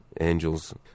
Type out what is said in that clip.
angels